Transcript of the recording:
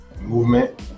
movement